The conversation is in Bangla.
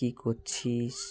কী করছিস